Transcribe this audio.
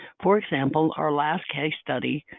for example, our last case study